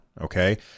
okay